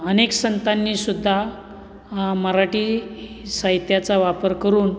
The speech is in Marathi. अनेक संतांनीसुद्धा मराठी साहित्याचा वापर करून